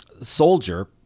soldier